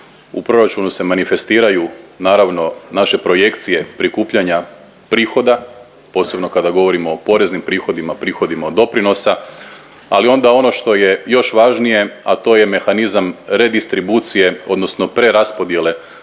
U proračunu se manifestiraju naravno naše projekcije prikupljanja prihoda posebno kada govorimo o poreznim prihodima, prihodima od doprinosa, ali onda ono što je još važnije, a to je mehanizam redistribucije odnosno preraspodjele